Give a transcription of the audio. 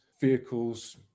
vehicles